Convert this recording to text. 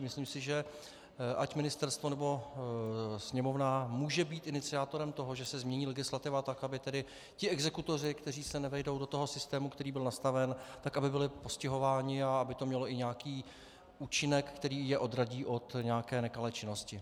Myslím si, že ať ministerstvo, nebo Sněmovna může být iniciátorem toho, že se změní legislativa tak, aby tedy ti exekutoři, kteří se nevejdou do toho systému, který byl nastaven, byli postihováni a aby to mělo i nějaký účinek, který je odradí od nějaké nekalé činnosti.